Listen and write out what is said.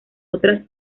otras